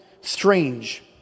strange